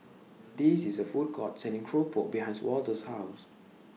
This IS A Food Court Selling Keropok behind Wardell's House